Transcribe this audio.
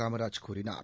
காமராஜ் கூறினார்